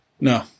No